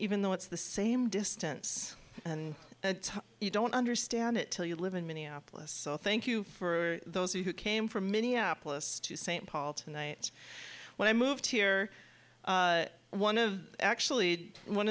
even though it's the same distance and you don't understand it till you live in minneapolis thank you for those who came from minneapolis st paul tonight when i moved here one of actually one